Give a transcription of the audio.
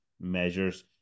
measures